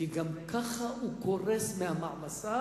כי גם ככה הוא קורס מהמעמסה,